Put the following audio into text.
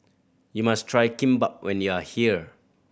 you must try Kimbap when you are here